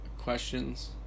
questions